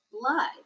blood